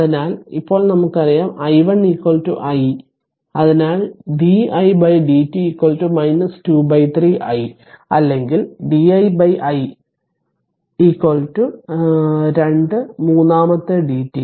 അതിനാൽ ഇപ്പോൾ നമുക്കറിയാം i1 i അതിനാൽ di dt 23 i അല്ലെങ്കിൽ di I രണ്ട് മൂന്നാമത്തെ dt